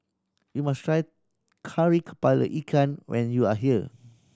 you must try Kari Kepala Ikan when you are here